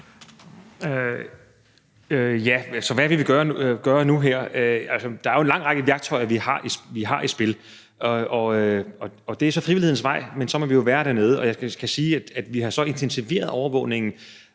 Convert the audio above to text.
Hvad vi vil gøre nu og her? Der er jo en lang række værktøjer, vi har i spil, og det er så frivillighedens vej, men så må vi jo være dernede. Jeg kan sige, at vi så har intensiveret overvågningen.